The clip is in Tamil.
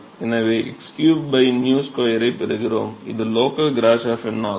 எனவே x3 𝝂 2 ஐ பெறுகிறோம் இது லோக்கல் கிராஷோஃப் எண்ணாகும்